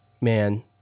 man